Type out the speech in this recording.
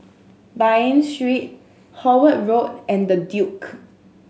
Bain Street Howard Road and The Duke